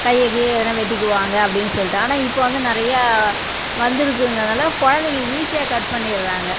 கையை கிய எதனா வெட்டிக்குவாங்க அப்படின்னு சொல்லிட்டு ஆனால் இப்போ வந்து நிறையா வந்துருக்குங்கிறனால குழந்தைங்க ஈஸியாக கட் பண்ணிடுறாங்க